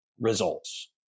results